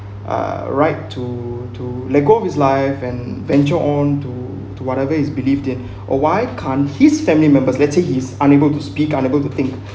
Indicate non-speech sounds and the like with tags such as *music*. uh right to to let go of his life and venture on to to whatever he's believed in *breath* or why can't his family members let's say he's unable to speak unable to think